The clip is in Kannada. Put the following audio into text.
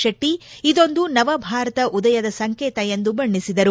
ಶೆಟ್ಟಿ ಇದೊಂದು ನವ ಭಾರತ ಉದಯದ ಸಂಕೇತ ಎಂದು ಬಣ್ಣಿಸಿದರು